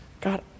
God